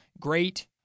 great